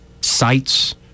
sites